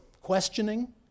questioning